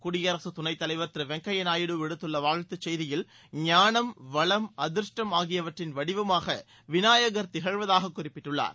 குடியரசு துணைத் தலைவர் திரு வெங்கைய நாயுடு விடுத்துள்ள வாழ்த்துச் செய்தியில் ஞானம் வளம் அதிர்ஷ்டம் ஆகியவற்றின் வடிவமாக விநாயகர் திகழ்வதாக குறிப்பிட்டுள்ளார்